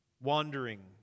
wandering